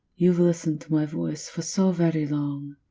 you've listened to my voice for so very long.